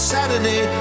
Saturday